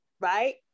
right